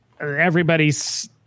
Everybody's